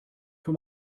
für